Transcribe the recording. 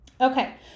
Okay